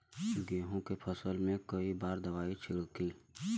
गेहूँ के फसल मे कई बार दवाई छिड़की?